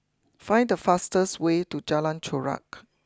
find the fastest way to Jalan Chorak